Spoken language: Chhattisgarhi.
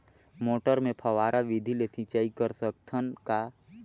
मटर मे फव्वारा विधि ले सिंचाई कर सकत हन का?